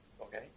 Okay